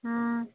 હં